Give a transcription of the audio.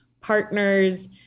partners